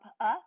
up